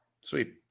sweet